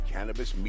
Cannabis